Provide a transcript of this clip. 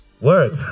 work